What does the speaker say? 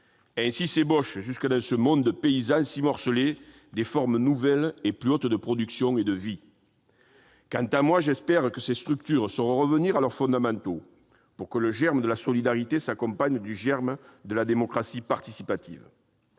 Ainsi s'ébauchent, jusque dans ce monde paysan si morcelé, des formes nouvelles et plus hautes de production et de vie. » Pour ma part, j'espère que ces structures sauront revenir à leurs fondamentaux pour que, aux côtés du germe de solidarité, se développe celui de la démocratie participative.